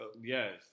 Yes